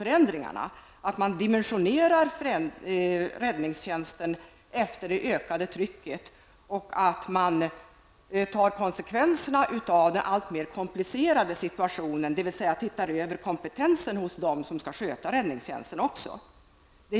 Man måste dimensionera räddningstjänsten efter det ökade trycket. Man måste också ta konsekvenserna av den alltmer komplicerade situationen, dvs. ser över kompetensen hos dem som skall sköta räddningstjänsten.